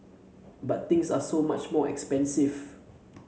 but things are so much more expensive